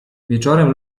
wieczorem